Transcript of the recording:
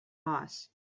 moss